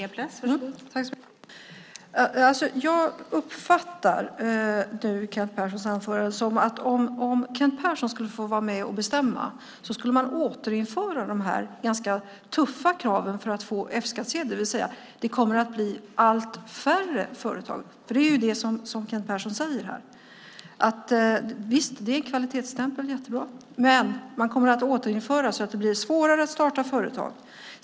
Fru talman! Jag uppfattar Kent Perssons anförande som att om Kent Persson skulle få vara med och bestämma skulle man återinföra de ganska tuffa kraven för att få F-skattsedel, det vill säga att det kommer att bli allt färre företag. Det är ju det som Kent Persson säger här. Visst, det är kvalitetsstämpel. Det är jättebra. Men man kommer att återinföra det så att det blir svårare att starta företag.